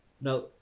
Now